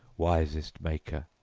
wisest maker.